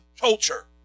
culture